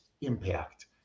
impact